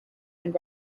and